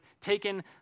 taken